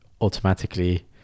automatically